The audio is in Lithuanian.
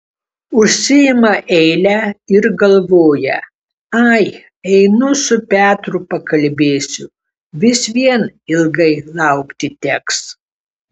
užsiima eilę ir galvoja ai einu su petru pakalbėsiu vis vien ilgai laukti teks